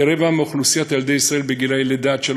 כרבע מאוכלוסיית ילדי ישראל מגיל לידה עד גיל